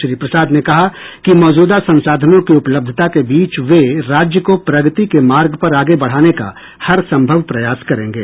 श्री प्रसाद ने कहा कि मौजूदा संसाधनों की उपलब्धता के बीच वे राज्य को प्रगति के मार्ग पर आगे बढ़ाने का हर संभव प्रयास करेंगे